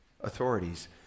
authorities